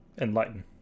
enlighten